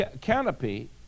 canopy